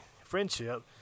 friendship